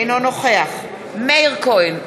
אינו נוכח מאיר כהן,